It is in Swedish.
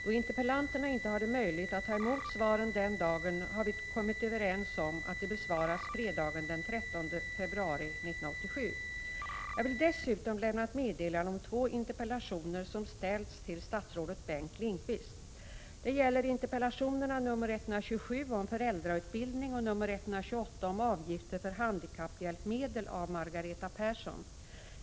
Då interpellanterna inte hade möjlighet att ta emot svaren den dagen, har vi kommit överens om att interpellationerna besvaras fredagen den 13 februari 1987. Jag vill dessutom lämna ett meddelande om två interpellationer som ställts till statsrådet Bengt Lindqvist. Det gäller interpellationerna 127 om föräldrautbildning och 128 om avgifter för handikapphjälpmedel av Margareta Persson.